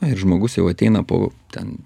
ir žmogus jau ateina po ten